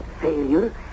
failure